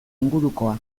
ingurukoa